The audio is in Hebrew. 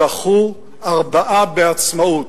זכו ארבעה בעצמאות.